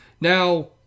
Now